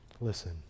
Listen